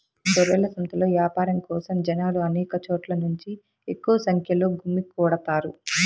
గొర్రెల సంతలో యాపారం కోసం జనాలు అనేక చోట్ల నుంచి ఎక్కువ సంఖ్యలో గుమ్మికూడతారు